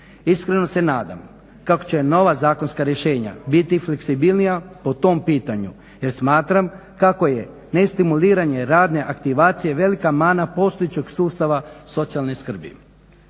Iskreno se nadam kako će nova zakonska rješenja biti fleksibilnija po tom pitanju jer smatram kako je nestimuliranje radne aktivacije velika mana postojeće sustava socijalne skrbi.